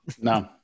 No